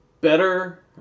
better